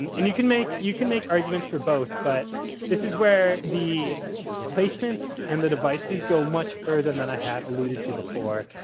and you can make, you can make arguments for both, but this is where the placements and the devices go much further than than i had alluded to before.